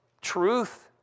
truth